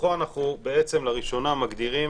שבתוכו אנחנו בעצם לראשונה מגדירים